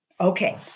Okay